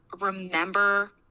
remember